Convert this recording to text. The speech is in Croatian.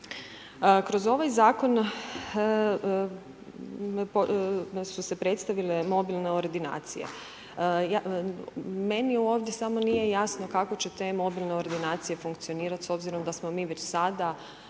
Kroz ovaj zakon su se predstavile mobilne ordinacije. Meni ovdje samo nije jasno kako će te mobilne ordinacije funkcionirat s obzirom da smo mi već sada